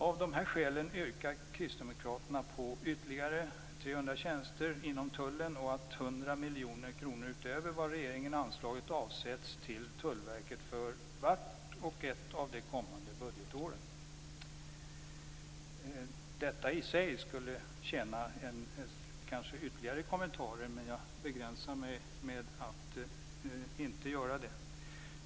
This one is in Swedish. Av dessa skäl yrkar Kristdemokraterna på ytterligare 300 tjänster inom Tullen och att 100 miljoner kronor utöver vad regeringen anslagit avsätts till Tullverket för vart och ett av de kommande budgetåren. Detta i sig skulle förtjäna ytterligare kommentarer, men jag avstår från det.